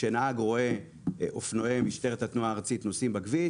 כשנהג רואה אופנועי משטרת התנועה הארצית נוסעים בכביש,